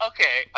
Okay